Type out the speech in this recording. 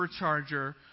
supercharger